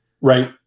Right